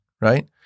right